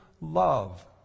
love